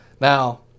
Now